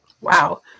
Wow